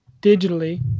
digitally